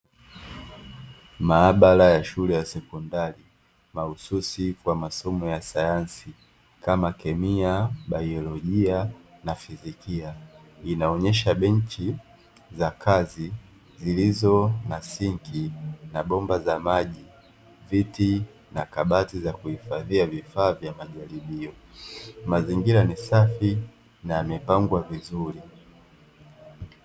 Maabara ya shule ya sekondari mahususi kwa masomo ya sayansi kama kemia, biolojia, na fizikia. Inaonyesha benchi za kazi zilizo na sinki na bomba za maji, viti na kabati za kuhifadhia vifaa vya majaribio. Mazingira ni safi na yamepangwa vizuri.